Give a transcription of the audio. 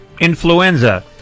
influenza